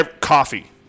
Coffee